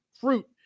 fruit